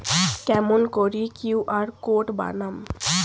কেমন করি QR code বানাম?